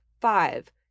five